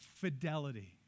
fidelity